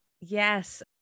Yes